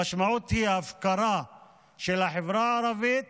המשמעות היא הפקרה של החברה הערבית